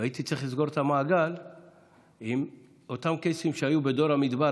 והייתי צריך לסגור את המעגל עם אותם קייסים שהיו דור המדבר,